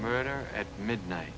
murder at midnight